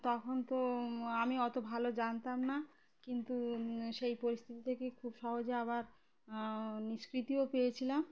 তখন তো আমি অত ভালো জানতাম না কিন্তু সেই পরিস্থিতি থেকে খুব সহজে আবার নিষ্কৃতিও পেয়েছিলাম